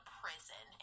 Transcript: prison